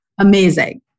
Amazing